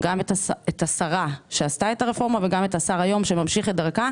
גם את השרה שעשתה את הרפורמה וגם את השר היום שממשיך את דרכה.